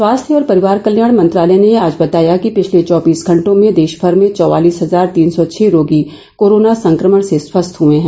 स्वास्थ्य और परिवार कल्याण मंत्रालय ने आज बताया कि पिछले चौबीस घंटों में देशभर में चौवालीस हजार तीन सौ छह रोगी कोरोना संक्रमण से स्वस्थ हए हैं